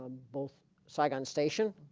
ah both saigon station